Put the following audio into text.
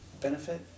benefit